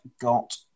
got